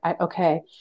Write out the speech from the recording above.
okay